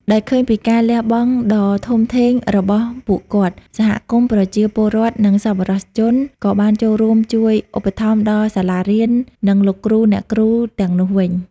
ដោយឃើញពីការលះបង់ដ៏ធំធេងរបស់ពួកគាត់ សហគមន៍ ប្រជាពលរដ្ឋ និងសប្បុរសជន ក៏បានចូលរួមជួយឧបត្ថម្ភដល់សាលារៀន និងលោកគ្រូអ្នកគ្រូទាំងនោះវិញ។